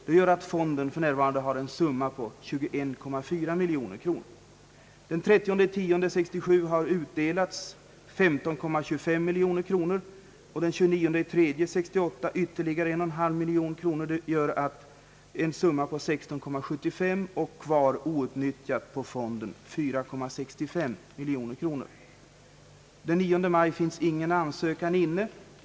Det gör att fonden f. n. uppgår till 21,4 miljoner kronor, penningmässigt sett. Den 30 oktober 1967 hade utdelats 15,25 miljoner och till den 29 mars 1968 ytterligare 1,5 miljon kronor. Det blir en summa på 16,75 miljoner kronor, och outnyttjat på fonden finns således kvar 4,65 miljoner kronor. Den 9 maj 1968 fanns ingen ansökan inne.